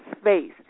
space